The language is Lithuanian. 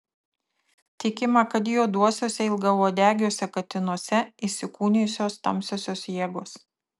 tikima kad juoduosiuose ilgauodegiuose katinuose įsikūnijusios tamsiosios jėgos